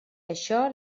això